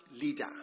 leader